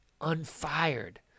unfired